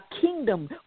kingdom